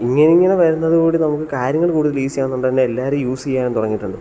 ഇങ്ങനെ ഇങ്ങനെ വരുന്നതോടുകൂടി നമുക്ക് കാര്യങ്ങൾ കൂടുതൽ ഈസിയാകുന്നുണ്ട് എന്നാൽ എല്ലാവരും യൂസ് ചെയ്യാനും തുടങ്ങിയിട്ട്ണ്ട്